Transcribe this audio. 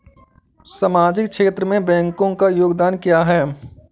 सामाजिक क्षेत्र में बैंकों का योगदान क्या है?